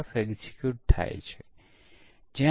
તેથી તે એક દૃશ્ય છે